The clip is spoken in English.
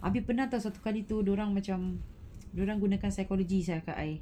habis pernah satu kali tu dia orang macam dia orang gunakan psychology sia kat I